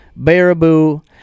Baraboo